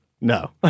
No